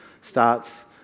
starts